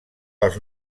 pels